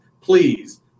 please